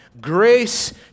grace